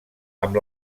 amb